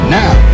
now